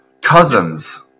Cousins